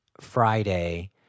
Friday